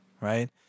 right